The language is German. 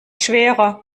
schwerer